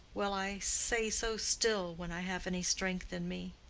well, i say so still when i have any strength in me.